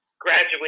graduate